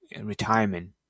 retirement